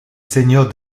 seigneur